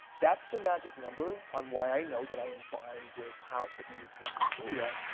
that's the magic number on why i know that i am buying this house. it meets my criteria.